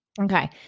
Okay